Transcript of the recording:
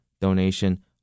donation